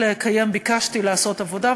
ביקשתי לעשות עבודה,